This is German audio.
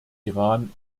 iran